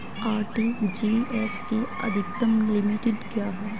RTGS की अधिकतम limit क्या है?